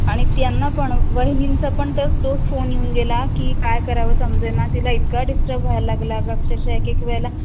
आणि त्यांना पण वहिनींचा पण तच तोच फोन येऊन गेला की काय करावं समजेना तिला इतका डिस्टर्ब व्हायला लागला अगं अक्षरशः एकेक वेळेला